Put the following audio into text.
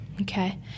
Okay